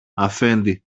αφέντη